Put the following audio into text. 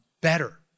better